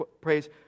praise